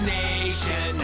nation